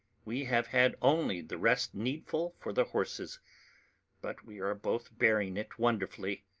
we have had only the rest needful for the horses but we are both bearing it wonderfully.